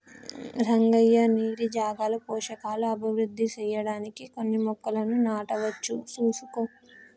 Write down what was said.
రంగయ్య నీటి జాగాలో పోషకాలు అభివృద్ధి సెయ్యడానికి కొన్ని మొక్కలను నాటవచ్చు సూసుకో